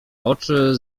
oczy